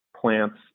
plants